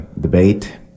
debate